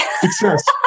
Success